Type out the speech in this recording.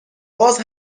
باز